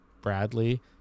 Bradley